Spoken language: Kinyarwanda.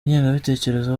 ingengabitekerezo